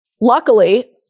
luckily